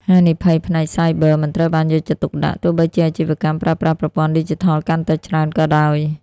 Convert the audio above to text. ហានិភ័យផ្នែកសាយប័រ មិនត្រូវបានយកចិត្តទុកដាក់ ទោះបីជាអាជីវកម្មប្រើប្រាស់ប្រព័ន្ធឌីជីថលកាន់តែច្រើនក៏ដោយ។